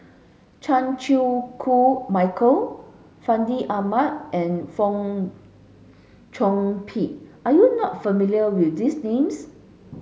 Chan Chew Koon Michael Fandi Ahmad and Fong Chong Pik are you not familiar with these names